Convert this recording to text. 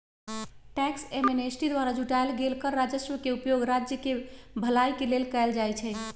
tax amnesty द्वारा जुटाएल गेल कर राजस्व के उपयोग राज्य केँ भलाई के लेल कएल जाइ छइ